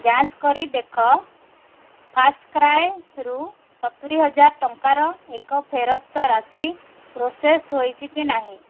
ଯାଞ୍ଚ କରି ଦେଖ ଫାର୍ଷ୍ଟ୍କ୍ରାଏରୁ ସତୁରିହଜାର ଟଙ୍କାର ଏକ ଫେରସ୍ତ ରାଶି ପ୍ରୋସେସ୍ ହେଇଛି କି ନାହିଁ